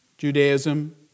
Judaism